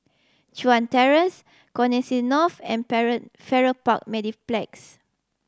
Chuan Terrace Connexis North and Farrer Park Mediplex